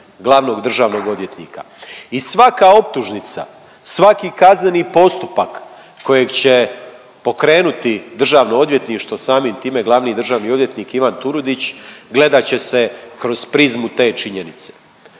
glavnog državnog odvjetnika i svaka optužnica, svaki kazneni postupak kojeg će pokrenuti DORH, samim time glavni državni odvjetnik Ivan Turudić gledat će se kroz prizmu te činjenice.